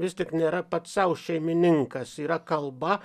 vis tik nėra pats sau šeimininkas yra kalba